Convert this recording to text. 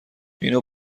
اینو